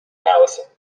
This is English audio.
allison